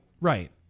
right